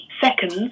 seconds